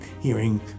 hearing